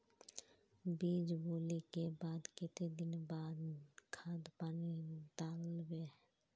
बीज बोले के बाद केते दिन बाद खाद पानी दाल वे?